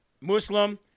Muslim